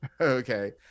okay